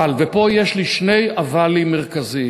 אבל, ופה יש לי שני אבלים מרכזיים: